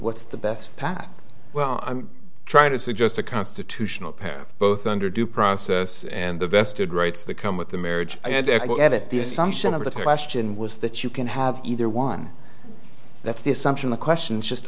what's the best path well i'm trying to suggest a constitutional path both under due process and the vested rights that come with the marriage and i get it the assumption of the question was that you can have either one that's the assumption the question is just